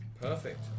Perfect